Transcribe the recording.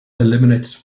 eliminates